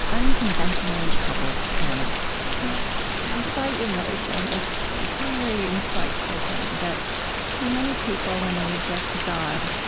unconventionally-coupled parents you cite your mother saying this very insightful thing that too many people, when they reject god,